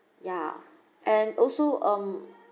ya and also um